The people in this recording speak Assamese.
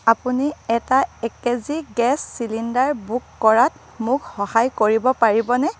আপুনি এটা এক K G gas cylinder book কৰাত মোক সহায় কৰিব পাৰিবনে